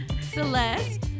Celeste